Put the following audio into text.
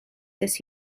first